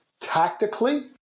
Tactically